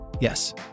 Yes